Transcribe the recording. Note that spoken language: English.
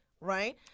Right